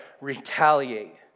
retaliate